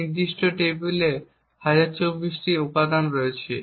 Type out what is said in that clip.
এই নির্দিষ্ট টেবিলে 1024টি উপাদান রয়েছে